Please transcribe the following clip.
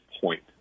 point